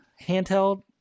handheld